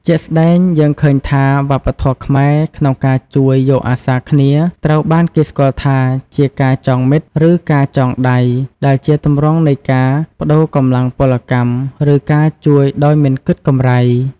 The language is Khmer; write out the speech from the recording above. ជាក់ស្តែងយើងឃើញថា វប្បធម៌ខ្មែរក្នុងការជួយយកអាសារគ្នាត្រូវបានគេស្គាល់ថាជា ការចងមិត្តឬ ការចងដៃ ដែលជាទម្រង់នៃការប្តូរកម្លាំងពលកម្ម ឬការជួយដោយមិនគិតកម្រៃ។